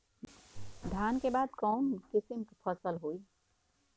धान के बाद कऊन कसमक फसल होई?